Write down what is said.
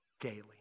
daily